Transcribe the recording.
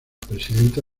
presidenta